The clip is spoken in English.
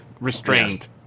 restrained